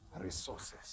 resources